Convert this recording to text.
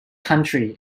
country